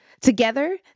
together